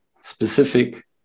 specific